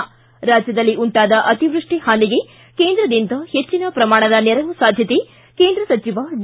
ರಾಜ್ಯದಲ್ಲಿ ಉಂಟಾದ ಅತಿವೃಷ್ಟಿ ಹಾನಿಗೆ ಕೇಂದ್ರದಿಂದ ಹೆಚ್ಚನ ಪ್ರಮಾಣದ ನೆರವು ಸಾಧ್ಯತೆ ಕೇಂದ್ರ ಸಚಿವ ಡಿ